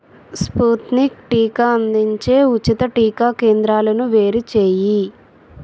Sputnik టీకా అందించే ఉచిత టీకా కేంద్రాలను వేరు చేయి